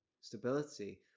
stability